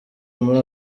muri